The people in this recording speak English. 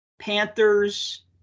Panthers